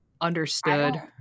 understood